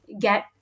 get